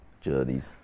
journeys